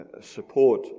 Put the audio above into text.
support